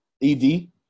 E-D